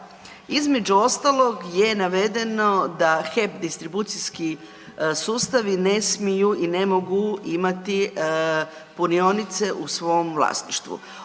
između ostalog je navedeno da HEP distribucijski sustavi ne smiju i ne mogu imati punionice u svom vlasništvu,